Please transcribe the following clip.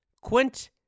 Quint